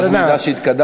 אז נדע שהתקדמנו.